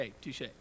touche